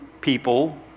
people